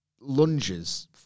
lunges